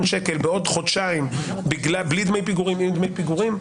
שקלים בעוד חודשים בלי דמי פיגורים או עם דמי פיגורים?